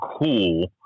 cool